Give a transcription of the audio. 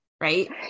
right